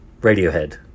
Radiohead